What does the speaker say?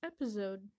episode